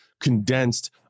condensed